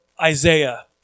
Isaiah